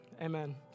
amen